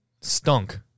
stunk